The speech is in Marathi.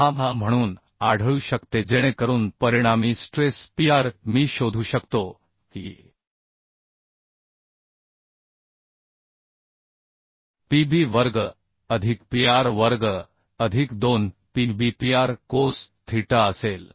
6 म्हणून आढळू शकते जेणेकरून परिणामी स्ट्रेस Pr मी शोधू शकतो की Pb वर्ग अधिकPr वर्ग अधिक 2 PbPr कोस थीटा असेल